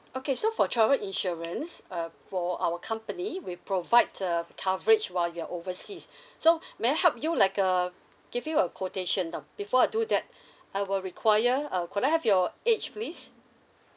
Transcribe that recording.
okay so for travel insurance uh for our company we provide uh coverage while you're overseas so may I help you like uh give you a quotation now before I do that I will require uh could I have your age please